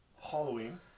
Halloween